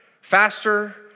faster